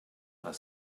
are